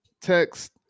text